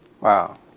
Wow